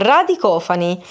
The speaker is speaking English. Radicofani